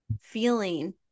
feeling